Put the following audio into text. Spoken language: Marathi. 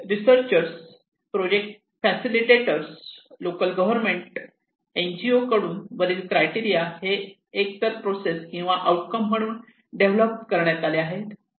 researcher project facilitators local government NGO कडुन वरील क्रायटेरिया हे एक तर प्रोसेस किंवा आउट कम म्हणून डेव्हलप करण्यात आले आहेत